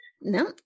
No